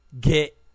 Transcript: get